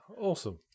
Awesome